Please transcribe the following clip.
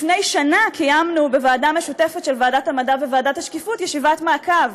לפני שנה קיימנו בוועדה המשותפת של ועדת המדע וועדת השקיפות ישיבת מעקב.